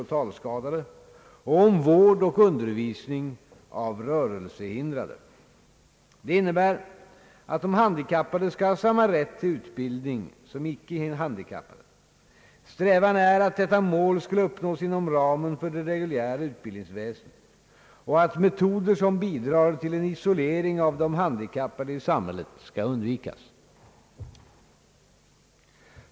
och talskadade och om vård och undervisning av rörelsehindrade. Det innebär att de handikappade skall ha samma rätt till utbildning som icke-handikappade. Strävan är att detta mål skall uppnås inom ramen för det reguljära utbildningsväsendet och att metoder som bidrar till en isolering av de handikappade i samhället skall undvikas.